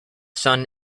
sun